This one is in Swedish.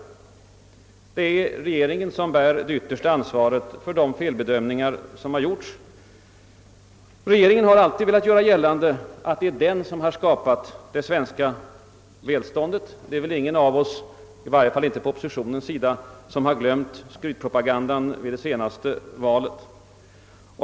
Det är regeringen som bär det yttersta ansvaret för de felbedömningar som har gjorts. Regeringen har alltid velat göra gällande att det är den som har skapat det svenska välståndet; ingen av oss, i varje fall på oppositionens sida, har väl glömt skrytpropagandan vid det senaste valet.